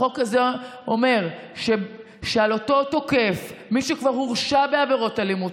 החוק הזה אומר שמי שכבר הורשע בעבירות אלימות,